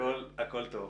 הכול טוב.